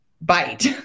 bite